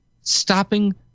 stopping